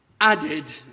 added